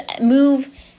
Move